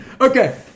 okay